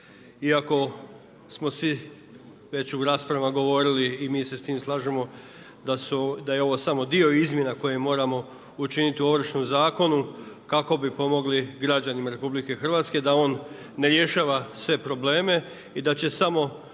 iako smo svi već u raspravama govorili i mi se s tim slažemo da je ovo samo dio izmjena koje moramo učiniti u ovršnom zakonu kako bi pomogli građanima RH, da on ne rješava sve probleme i da će samo